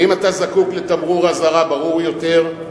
האם אתה זקוק לתמרור אזהרה ברור יותר?